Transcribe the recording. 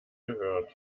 gehört